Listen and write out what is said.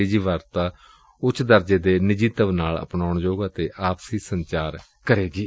ਡਿਜੀਵਾਰਤਾ ਉੱਚ ਦਰਜੇ ਦੇ ਨਿੱਜੀਤਵ ਨਾਲ ਅਪਣਾਉਣਯੋਗ ਅਤੇ ਆਪਸੀ ਸੰਚਾਰ ਕਰੇਗੀ